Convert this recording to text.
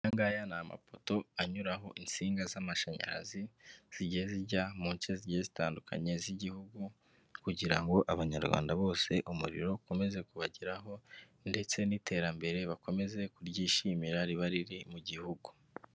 Aya ngaya ni amapoto anyuraho insinga z'amashanyarazi zigiye zijya mu nce zigiye zitandukanye z'igihugu kugira ngo abanyarwanda bose umuriro ukomeze kubageraho ndetse n'iterambere bakomeze kuryishimira, riba riri mu gihugu.